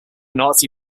nazi